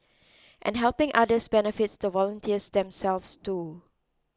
and helping others benefits the volunteers themselves too